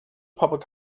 public